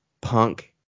punk